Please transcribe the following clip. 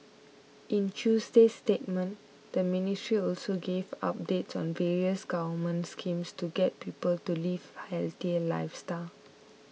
in Tuesday's statement the ministry also gave updates on various government schemes to get people to live healthier lifestyles